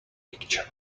picture